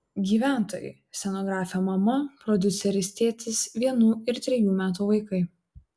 gyventojai scenografė mama prodiuseris tėtis vienų ir trejų metų vaikai